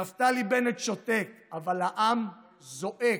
נפתלי בנט שותק אבל העם זועק,